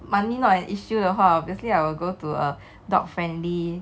money not an issue 的话 obviously I will go to a dog friendly